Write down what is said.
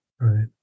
right